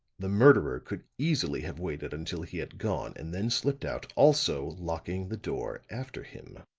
the murderer could easily have waited until he had gone and then slipped out, also locking the door after him.